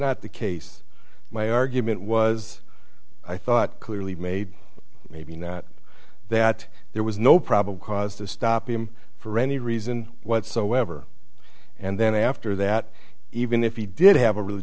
not the case my argument was i thought clearly made maybe not that there was no probable cause to stop him for any reason whatsoever and then after that even if he did have a